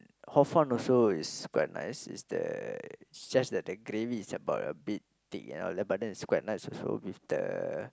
hor fun also is quite nice is the it's just that the gravy is about a bit thick and all that but then is quite nice also with the